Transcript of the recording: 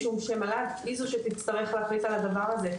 משום שמל"ג היא זו שתצטרך להחליט על הדבר הזה.